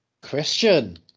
Christian